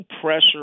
pressure